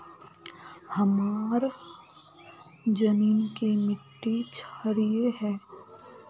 हमार जमीन की मिट्टी क्षारीय है?